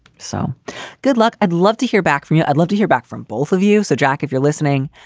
so good luck. i'd love to hear back from you. i'd love to hear back from both of you. so, jack, if you're listening.